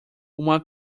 uma